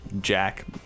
Jack